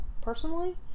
personally